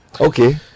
okay